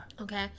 Okay